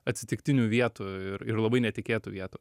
atsitiktinių vietų ir ir labai netikėtų vietų